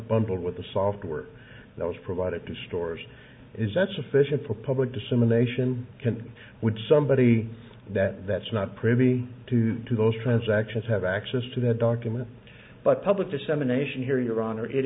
bundled with the software that was provided to stores is that sufficient for public dissemination can would somebody that that's not privy to those transactions have access to the documents but public dissemination here your honor it